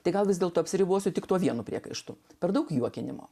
tai gal vis dėlto apsiribosiu tik tuo vienu priekaištu per daug juokinimo